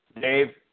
Dave